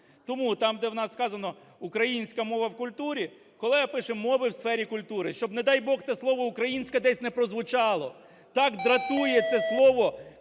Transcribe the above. Тому там, де у нас вказано "українська мова в культурі", колега пише: "мови у сфері культури", щоб, не дай Бог, це слово "українська" десь не прозвучало. Так дратує це слово